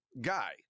guy